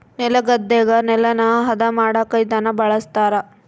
ನೆಲಗದ್ದೆಗ ನೆಲನ ಹದ ಮಾಡಕ ಇದನ್ನ ಬಳಸ್ತಾರ